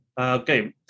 Okay